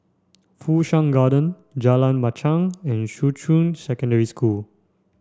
Fu Shan Garden Jalan Machang and Shuqun Secondary School